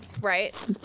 Right